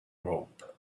robe